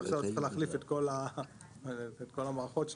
עכשיו צריך להחליף את כל המערכות שלנו.